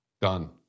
done